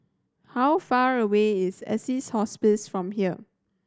how far away is Assisi Hospice from here